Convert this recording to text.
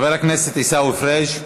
חבר הכנסת עיסאווי פריג',